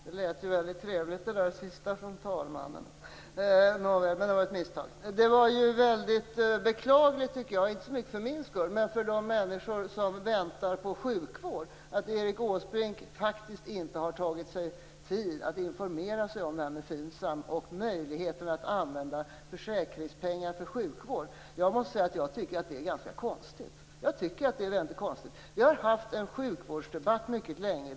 Herr talman! Det var mycket beklagligt, inte så mycket för min skull, men för de människor som väntat på sjukvård, att Erik Åsbrink faktiskt inte har tagit sig tid att informera sig om FINSAM och möjligheterna att använda försäkringspengar till sjukvård. Jag måste säga att jag tycker att det är mycket konstigt. Vi har haft en sjukvårdsdebatt mycket länge.